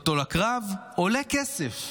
אותו לקרב עולה כסף.